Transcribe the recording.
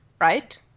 right